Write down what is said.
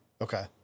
Okay